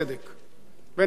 מנסים להתחכם לו.